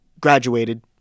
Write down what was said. graduated